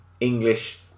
English